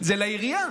זה לעירייה.